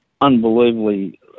Unbelievably